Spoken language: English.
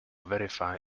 verify